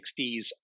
1960s